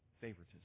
favoritism